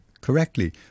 correctly